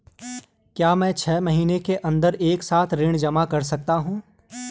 क्या मैं छः महीने के अन्दर एक साथ ऋण जमा कर सकता हूँ?